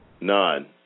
none